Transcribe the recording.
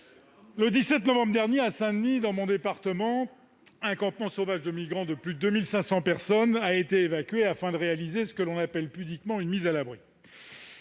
Le 17 novembre dernier, à Saint-Denis, dans mon département, un campement sauvage de plus de 2 500 migrants a été évacué, afin de réaliser ce que l'on appelle pudiquement une « mise à l'abri